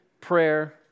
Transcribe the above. prayer